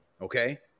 Okay